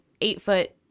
eight-foot